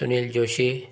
Sunil Joshi